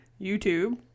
YouTube